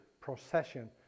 procession